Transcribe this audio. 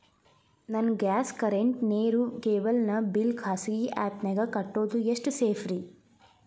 ನನ್ನ gas current, ನೇರು, cable ನ ಬಿಲ್ ಖಾಸಗಿ ಆ್ಯಪ್ ನ್ಯಾಗ್ ಕಟ್ಟೋದು ಎಷ್ಟು ಸೇಫ್ರಿ?